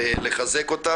לחזק אותם